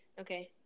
Okay